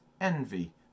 envy